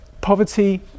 poverty